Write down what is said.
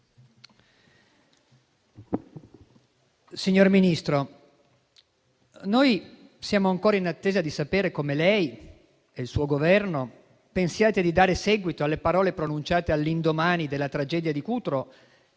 Signor Ministro, noi siamo ancora in attesa di sapere come lei e il suo Governo pensiate di dare seguito alle parole pronunciate all'indomani della tragedia di Cutro